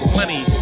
money